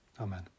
Amen